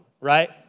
right